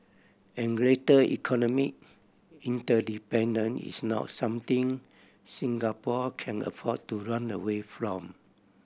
and greater economic interdependence is not something Singapore can afford to run away from